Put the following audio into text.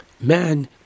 man